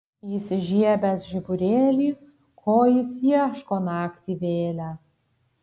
įsižiebęs žiburėlį ko jis ieško naktį vėlią